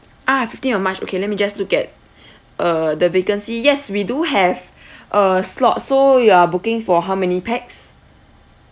ah fifteen of march okay let me just look at uh the vacancy yes we do have a slot so you are booking for how many pax